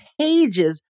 pages